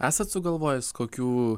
esat sugalvojęs kokių